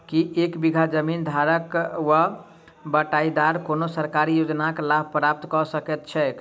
की एक बीघा जमीन धारक वा बटाईदार कोनों सरकारी योजनाक लाभ प्राप्त कऽ सकैत छैक?